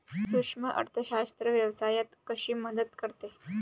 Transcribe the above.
सूक्ष्म अर्थशास्त्र व्यवसायात कशी मदत करते?